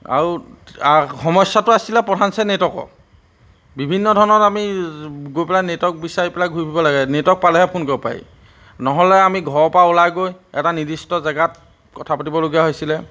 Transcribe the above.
আৰু আৰু সমস্যাটো আছিলে প্ৰধানকৈ নেটৱৰ্কৰ বিভিন্ন ধৰণৰ আমি গৈ পেলাই নেটৱৰ্ক বিচাৰি পেলাই ঘূৰি ফুৰিব লাগে নেটৱৰ্ক পালেহে ফোন কৰিব পাৰি নহ'লে আমি ঘৰৰ পৰা ওলাই গৈ এটা নিৰ্দিষ্ট জেগাত কথা পাতিবলগীয়া হৈছিলে